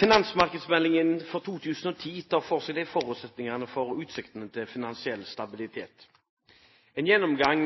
Finansmarkedsmeldingen for 2010 tar for seg forutsetninger for og utsiktene til finansiell stabilitet. En gjennomgang